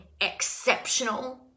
exceptional